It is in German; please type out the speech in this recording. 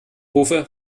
rufe